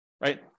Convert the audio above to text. right